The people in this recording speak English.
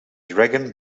dragon